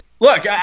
Look